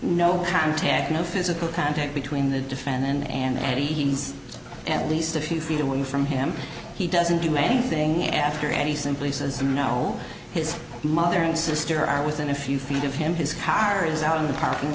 no contact no physical contact between the different and he's at least a few feet away from him he doesn't do anything after and he simply says you know his mother and sister are within a few feet of him his car is out in the parking